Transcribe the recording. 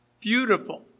Beautiful